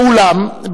ואולם,